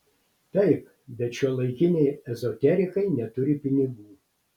taip bet šiuolaikiniai ezoterikai neturi pinigų